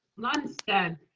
lunstead.